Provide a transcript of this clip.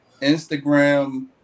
Instagram